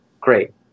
Great